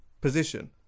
position